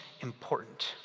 important